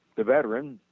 the veteran,